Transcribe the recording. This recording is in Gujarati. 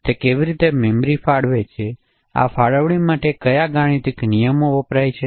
તે કેવી રીતે મેમરી ફાળવે આ ફાળવણી માટે કયા ગાણિતીક નિયમો વપરાય છે